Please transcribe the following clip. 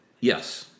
Yes